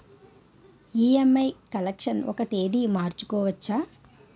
EMI collection ఒక తేదీ మార్చుకోవచ్చా?